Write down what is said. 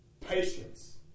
patience